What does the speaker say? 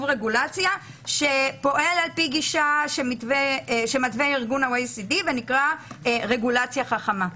רגולציה שפועל על פי גישה שמתווה ארגון ה-OECD ונקרא "רגולציה חכמה".